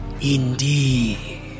Indeed